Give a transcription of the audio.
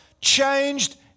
changed